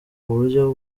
uburyo